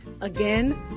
Again